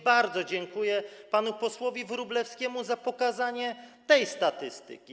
Bardzo dziękuję panu posłowi Wróblewskiemu za pokazanie tej statystyki.